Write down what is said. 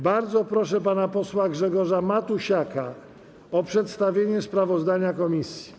Bardzo proszę pana posła Grzegorza Matusiaka o przedstawienie sprawozdania komisji.